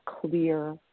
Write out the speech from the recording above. clear